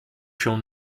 się